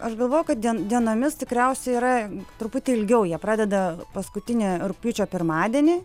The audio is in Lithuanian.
aš galvojau kad dien dienomis tikriausiai yra truputį ilgiau jie pradeda paskutinį rugpjūčio pirmadienį